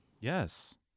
Yes